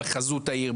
בחזות העיר,